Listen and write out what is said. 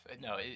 No